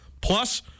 Plus